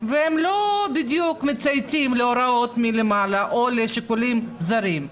והם לא בדיוק מצייתים להוראות מלמעלה או לשיקולים זרים.